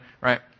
right